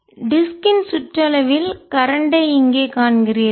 disk வட்டு ன் சுற்றளவில் கரண்ட் ஐ இங்கே காண்கிறீர்கள்